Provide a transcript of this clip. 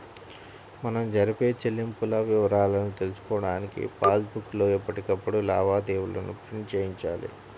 మనం జరిపే చెల్లింపుల వివరాలను తెలుసుకోడానికి పాస్ బుక్ లో ఎప్పటికప్పుడు లావాదేవీలను ప్రింట్ చేయించాలి